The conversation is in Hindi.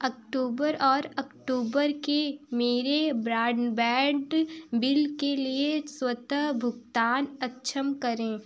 अक्टूबर और अक्टूबर की मेरे ब्रांडबैंड बिल के लिए स्वतः भुगतान अक्षम करें